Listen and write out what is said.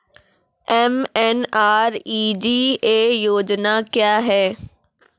MNREGA योजना क्या हैं?